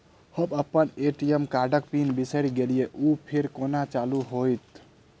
हम अप्पन ए.टी.एम कार्डक पिन बिसैर गेलियै ओ फेर कोना चालु होइत?